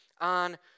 on